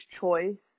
choice